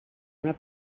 una